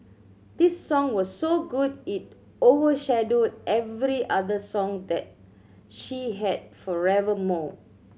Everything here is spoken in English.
this song was so good it overshadowed every other song that she had forevermore